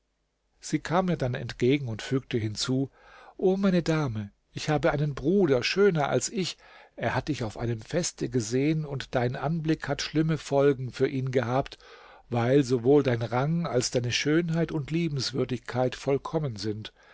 sie kam mir dann entgegen und fügte hinzu o meine dame ich habe einen bruder schöner als ich er hat dich auf einem feste gesehen und dein anblick hat schlimme folgen für ihn gehabt weil sowohl dein rang als deine schönheit und liebenswürdigkeit vollkommen sind